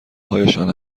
هایشان